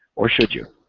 or should you?